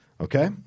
Okay